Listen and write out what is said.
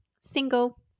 single